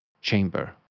chamber